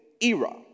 era